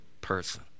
person